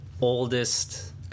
oldest